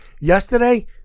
Yesterday